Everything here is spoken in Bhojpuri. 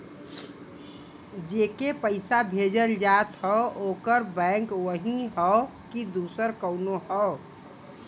जेके पइसा भेजल जात हौ ओकर बैंक वही हौ कि दूसर कउनो हौ